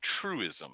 truism